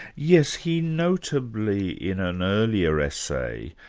yes, he notably in an earlier essay,